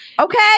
Okay